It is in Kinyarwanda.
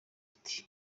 ati